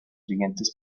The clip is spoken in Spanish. siguientes